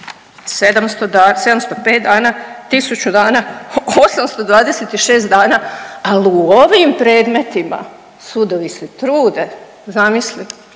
705 dana, 1000 dana, 826 dana, ali u ovim predmetima sudovi se trude zamisli